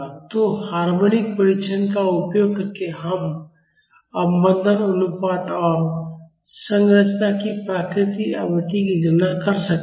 तो हार्मोनिक परीक्षण का उपयोग करके हम अवमंदन अनुपात और संरचना की प्राकृतिक आवृत्ति की गणना कर सकते हैं